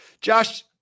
josh